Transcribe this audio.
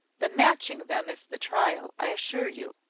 the matching them is the trial, i assure you.